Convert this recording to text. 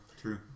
true